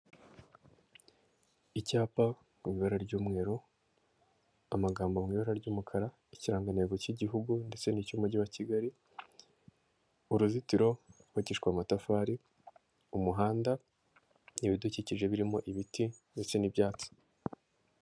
Icyapa mu ibara ry'umweru amagambo mu ibara ry'umukara ikirangantego cy'igihugu ndetse n'icy'umujyi wa Kigali, uruzitiro rwubakishijwe amatafari, umuhanda ibidukije birimo ibiti ndetse n'ibyatsi.